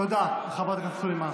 תודה, חברת הכנסת סלימאן.